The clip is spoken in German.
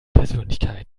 persönlichkeit